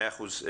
מאה אחוז.